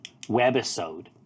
webisode